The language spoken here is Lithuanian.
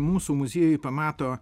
mūsų muziejuj pamato